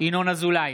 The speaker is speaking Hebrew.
ינון אזולאי,